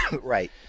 Right